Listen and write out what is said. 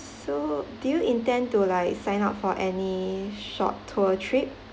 so do you intend to like sign up for any short tour trip